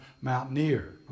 mountaineer